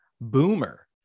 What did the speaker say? Boomer